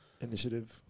Initiative